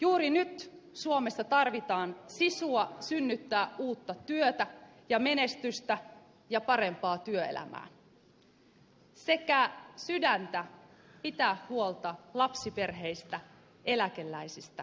juuri nyt suomessa tarvitaan sisua synnyttää uutta työtä ja menestystä ja parempaa työelämää sekä sydäntä pitää huolta lapsiperheistä eläkeläisistä ja työttömistä